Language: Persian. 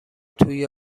توی